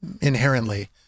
inherently